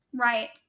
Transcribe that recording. Right